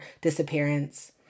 disappearance